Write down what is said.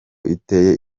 iteye